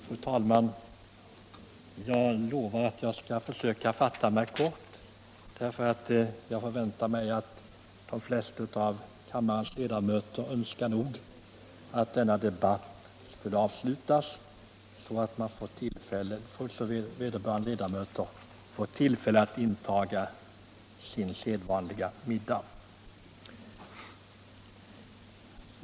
Fru talman! Jag lovar att försöka fatta mig kort, eftersom jag förväntar mig att de flesta av kammarens ledamöter nog önskar att denna debatt nu skall avslutas, så att de får tillfälle att intaga sin sedvanliga middag.